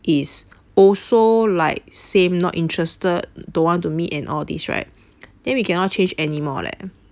is also like same not interested don't want to meet and all these right then we cannot change anymore leh